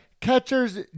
catchers